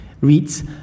reads